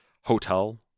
hotel